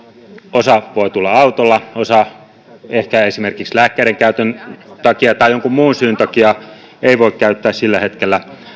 osa voi tulla autolla osa ehkä esimerkiksi lääkkeiden käytön takia tai jonkun muun syyn takia ei voi käyttää sillä hetkellä